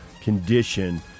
condition